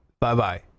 Bye-bye